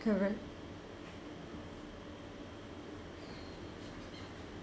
correct